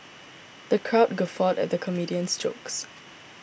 the crowd guffawed at the comedian's jokes